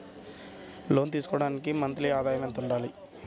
లోను తీసుకోవడానికి మంత్లీ ఆదాయము ఎంత ఉండాలి?